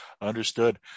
Understood